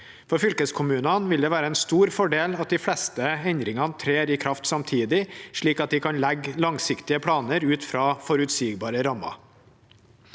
For fylkeskommunene vil det være en stor fordel at de fleste endringene trer i kraft samtidig, slik at de kan legge langsiktige planer ut fra forutsigbare rammer.